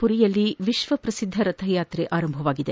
ಪುರಿಯಲ್ಲಿ ವಿಶ್ವಪ್ರಸಿದ್ದ ರಥಯಾತ್ರೆ ಆರಂಭವಾಗಿದೆ